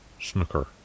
snooker